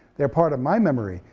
they're part of my memory,